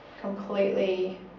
Completely